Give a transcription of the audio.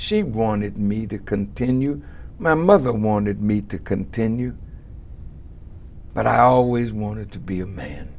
she wanted me to continue my mother wanted me to continue but i always wanted to be a man